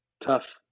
tough